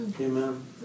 Amen